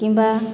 କିମ୍ବା